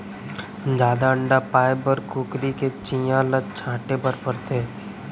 जादा अंडा पाए बर कुकरी के चियां ल छांटे बर परथे